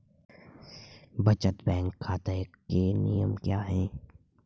बचत बैंक खाता के नियम क्या हैं?